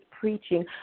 preaching